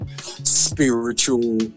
spiritual